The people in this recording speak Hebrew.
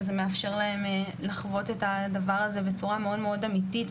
וזה מאפשר להם לחוות את הדבר הזה בצורה מאוד מאוד אמיתית,